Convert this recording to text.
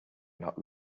not